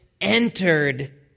entered